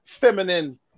feminine